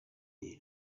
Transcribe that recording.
they